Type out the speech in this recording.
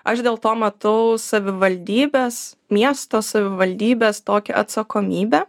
aš dėl to matau savivaldybės miesto savivaldybės tokią atsakomybę